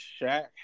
Shaq